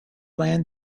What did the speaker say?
land